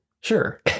Sure